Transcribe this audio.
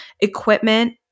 equipment